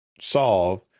solve